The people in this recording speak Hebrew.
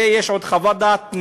ויש עוד חוות דעת,